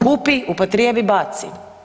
Kupi, upotrijebi, baci.